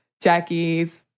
Jackie's